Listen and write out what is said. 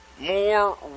More